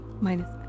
Minus